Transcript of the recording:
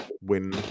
win